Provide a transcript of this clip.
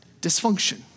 dysfunction